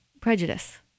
prejudice